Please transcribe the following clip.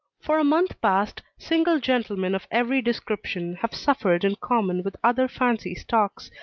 for a month past, single gentlemen of every description have suffered in common with other fancy stocks,